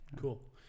Cool